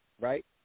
right